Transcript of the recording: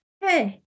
hey